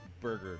burger